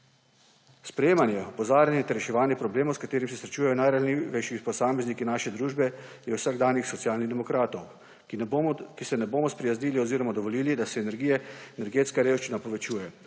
Sprejemanje, opozarjanje ter reševanje problemov, s katerim se srečujejo najranljivejši posamezniki naše družbe, je vsakdanjik Socialnih demokratov, ki se ne bomo sprijaznili oziroma dovolili, da se energetska revščina povečuje.